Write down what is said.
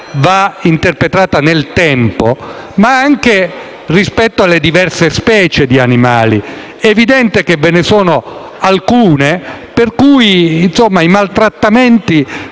va interpretata nel tempo, ma anche rispetto alle diverse specie di animali. È chiaro che ve ne sono alcune per cui i maltrattamenti